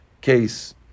case